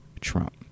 Trump